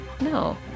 No